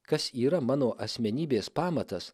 kas yra mano asmenybės pamatas